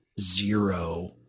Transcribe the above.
zero